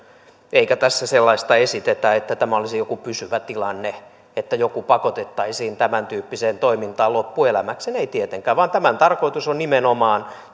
eikä tässä sellaista esitetä että tämä olisi joku pysyvä tilanne että joku pakotettaisiin tämäntyyppiseen toimintaan loppuelämäkseen ei tietenkään vaan tämän tarkoitus on nimenomaan